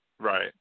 Right